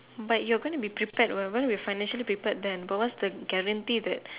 but you're gonna be prepared why be financially prepared then but that's the guarantee that